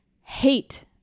hate